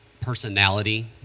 personality